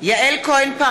בעד יעל כהן-פארן,